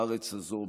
בארץ הזו,